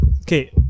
okay